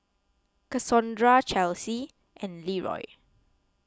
Cassondra Chelsey and Leeroy